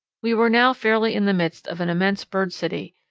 we were now fairly in the midst of an immense bird city,